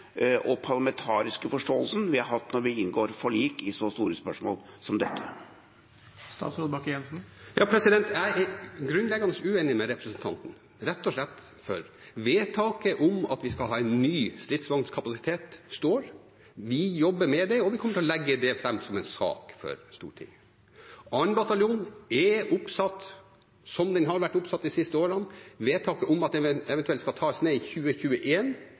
og parlamentariske forståelsen vi har hatt når vi inngår forlik i så store spørsmål som dette. Jeg er grunnleggende uenig med representanten, rett og slett fordi vedtaket om at vi skal ha en ny stridsvognkapasitet, står. Vi jobber med det, og vi kommer til å legge det fram som en sak for Stortinget. 2. bataljon er oppsatt, som den har vært oppsatt de siste årene. Vedtaket om at den eventuelt skal tas ned i